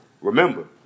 Remember